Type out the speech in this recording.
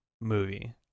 movie